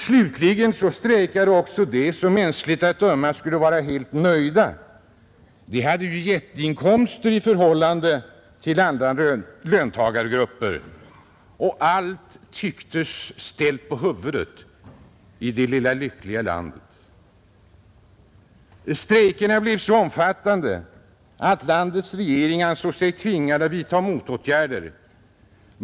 Slutligen strejkade också de som mänskligt att döma skulle vara helt nöjda — det hade ju jätteinkomster i förhållande till andra löntagargrupper — och allt tycktes ställt på huvudet i det lilla lyckliga landet. Strejkerna blev så omfattande att landets regering ansåg sig tvingad att vidtaga motåtgärder.